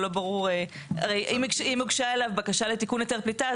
הרי אם הוגשה אליו בקשה לתיקון היתר פליטה,